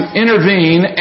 intervene